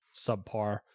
subpar